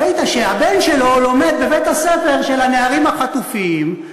ראית שהבן שלו לומד בבית-הספר של הנערים החטופים,